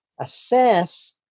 assess